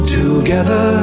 together